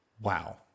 wow